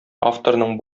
авторның